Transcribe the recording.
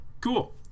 cool